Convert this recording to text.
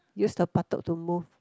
use the buttock to move